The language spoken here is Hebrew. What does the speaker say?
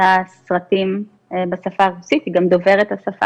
זאת אומרת אין איזה סרטון מקורי שאני ראיתי או נחשפתי